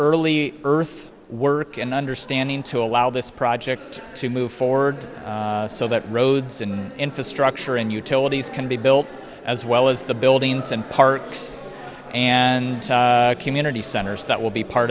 early earth work and understanding to allow this project to move forward so that roads and infrastructure and utilities can be built as well as the buildings and parks and community centers that will be part